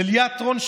לליאת רון,